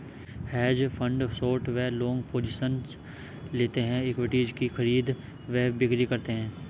hedge fund short व long positions लेते हैं, इक्विटीज की खरीद व बिक्री करते हैं